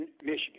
Michigan